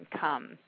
come